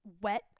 wet